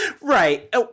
Right